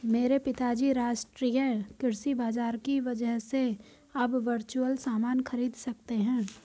मेरे पिताजी राष्ट्रीय कृषि बाजार की वजह से अब वर्चुअल सामान खरीद सकते हैं